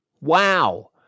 wow